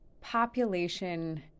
population